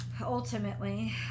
Ultimately